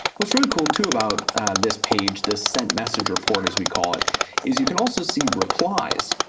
what's really cool to about this page, this sent message report as we call it is you can also see replies.